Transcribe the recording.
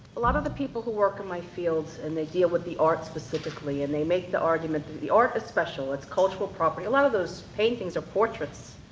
a lot of the people who work in my field, and they deal with the art specifically and they make the argument that the art is special, it's cultural property. a lot of those paintings are portraits.